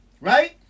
right